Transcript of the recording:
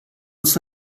uns